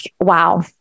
wow